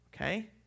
Okay